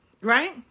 Right